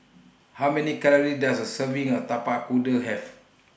How Many Calories Does A Serving of Tapak Kuda Have